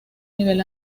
nivel